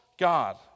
God